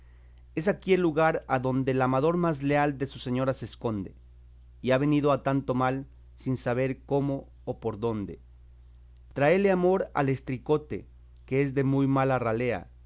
es aquí el lugar adonde el amador más leal de su señora se esconde y ha venido a tanto mal sin saber cómo o por dónde tráele amor al estricote que es de muy mala ralea